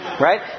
Right